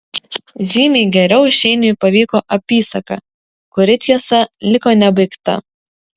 žymiai geriau šeiniui pavyko apysaka kuri tiesa liko nebaigta